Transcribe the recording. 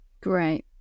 Great